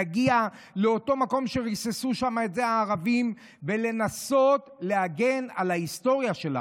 להגיע לאותו מקום שבו הערבים ריססו ולנסות להגן על ההיסטוריה שלנו,